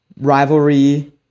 rivalry